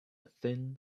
thin